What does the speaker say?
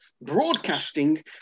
broadcasting